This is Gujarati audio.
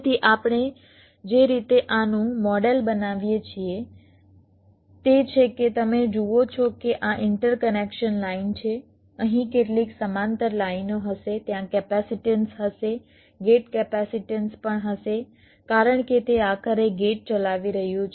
તેથી આપણે જે રીતે આનું મોડેલ બનાવીએ છીએ તે છે કે તમે જુઓ છો કે આ ઇન્ટરકનેક્શન લાઇન છે અહીં કેટલીક સમાંતર લાઇનો હશે ત્યાં કેપેસિટન્સ હશે ગેટ કેપેસિટન્સ પણ હશે કારણ કે તે આખરે ગેટ ચલાવી રહ્યું છે